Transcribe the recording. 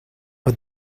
but